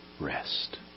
rest